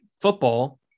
football